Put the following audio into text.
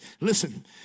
Listen